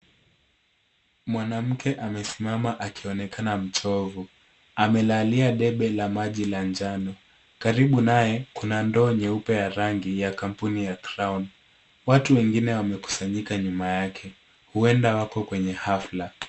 Mwanamke amesimama akionekana mchovu. Amelalia debe la maji la njano karibu naye kuna ndoo nyeupe ya rangi ya kampuni ya crown. Watu wengine wamekusanyika nyuma yake huenda wako kwenye hafla.